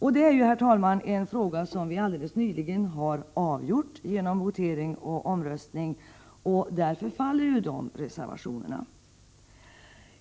Men, herr talman, den frågan har vi alldeles nyligen avgjort och voterat om. Därför gäller inte dessa reservationer.